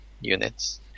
units